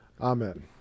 Amen